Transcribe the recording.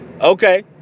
Okay